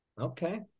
okay